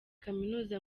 kaminuza